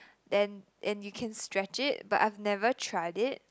and and you can stretch it but I've never tried it